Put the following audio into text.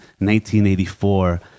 1984